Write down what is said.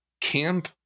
camp